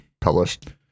published